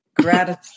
gratitude